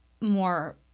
more